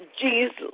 Jesus